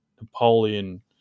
Napoleon